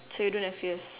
so you don't have yours